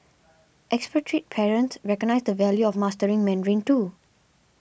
expatriate parents recognise the value of mastering Mandarin too